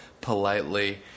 politely